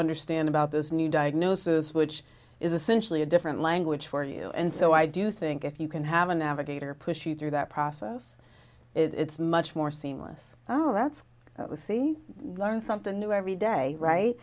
understand about this new diagnosis which is essentially a different language for you and so i do think if you can have a navigator push you through that process it's much more seamless oh that's c learn something new every day right